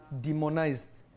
demonized